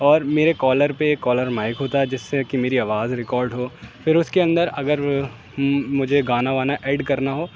اور میرے کالر پہ ایک کالر مائک ہوتا ہے جس سے کہ میری آواز ریکاڈ ہو پھر اس کے اندر اگر مجھے گانا وانا ایڈ کرنا ہو